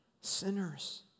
sinners